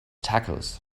tacos